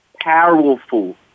powerful